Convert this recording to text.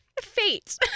fate